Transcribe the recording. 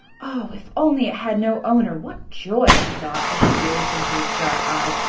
o, if only it had no owner, what joy! she thought, as she gazed into its dark eyes,